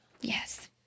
Yes